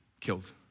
killed